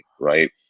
right